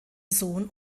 sohn